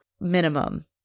minimum